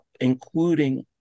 including